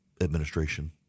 administration